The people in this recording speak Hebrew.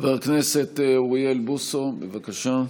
חבר הכנסת אוריאל בוסו, בבקשה.